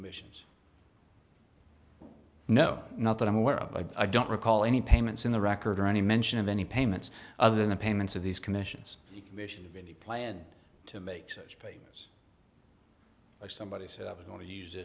commissions no not that i'm aware of i don't recall any payments in the record or any mention of any payments other than the payments of these commissions the commission of any plan to make such papers somebody said i was going to use